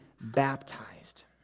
baptized